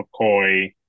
mccoy